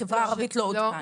בחברה הערבית לא עודכן.